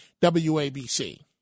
WABC